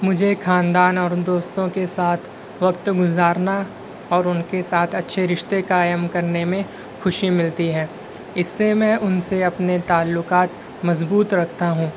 مجھے خاندان اور دوستوں کے ساتھ وقت گزارنا اور ان کے ساتھ اچھے رشتے قائم کرنے میں خوشی ملتی ہے اس سے میں ان سے اپنے تعلقات مضبوط رکھتا ہوں